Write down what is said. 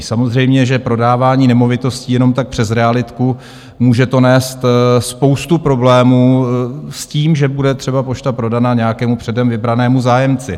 Samozřejmě, že prodávání nemovitostí jenom tak přes realitku, může to nést spoustu problémů s tím, že bude třeba pošta prodaná nějakému předem vybranému zájemci.